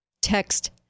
text